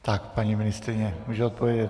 Tak, paní ministryně může odpovědět.